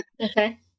Okay